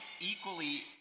equally